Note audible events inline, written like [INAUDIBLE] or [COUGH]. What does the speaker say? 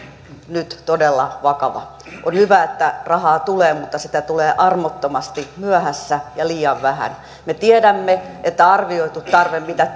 nyt todella vakava on hyvä että rahaa tulee mutta se tulee armottomasti myöhässä ja sitä on liian vähän me tiedämme että arvioitu tarve mitä [UNINTELLIGIBLE]